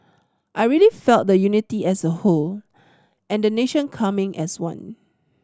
I really felt the unity as a whole and the nation coming as one